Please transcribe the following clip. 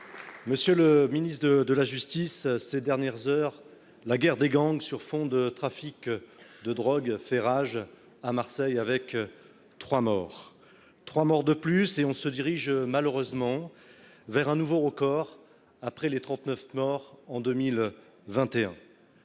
Monsieur le ministre de la justice ces dernières heures. La guerre des gangs, sur fond de trafic de drogue fait rage à Marseille avec. 3 morts, 3 morts de plus et on se dirige, malheureusement. Vers un nouveau record après les 39 morts en 2021.